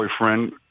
boyfriend